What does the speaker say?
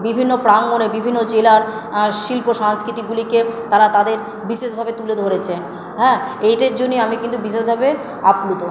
বিভিন্ন প্রাঙ্গণে বিভিন্ন জেলার শিল্প সংস্কৃতিগুলিকে তারা তাদের বিশেষভাবে তুলে ধরেছেন হ্যাঁ এইটার জন্যেই আমি কিন্তু বিশেষভাবে আপ্লুত